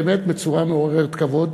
באמת בצורה מעוררת כבוד,